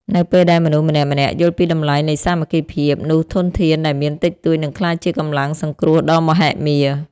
នៅពេលដែលមនុស្សម្នាក់ៗយល់ពីតម្លៃនៃសាមគ្គីភាព នោះធនធានដែលមានតិចតួចនឹងក្លាយជាកម្លាំងសង្គ្រោះដ៏មហិមា។